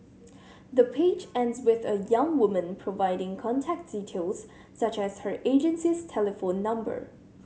the page ends with the young woman providing contact details such as her agency's telephone number